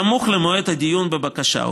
בסמוך למועד הדיון בבקשה,